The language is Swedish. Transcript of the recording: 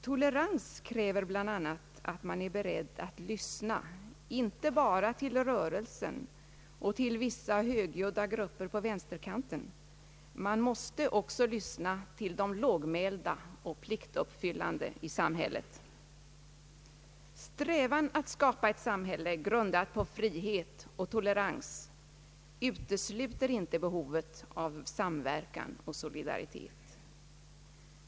Tolerans kräver bland annat att man är beredd att lyssna inte bara till »rörelsen» och till vissa högljudda grupper på vänsterkanten, man måste också lyssna till de lågmälda och pliktuppfyllande i samhället. Strävan att skapa ett samhälle grundat på frihet och tolerans utesluter inte behovet av samverkan och solidaritet.